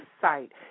site